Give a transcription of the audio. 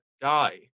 die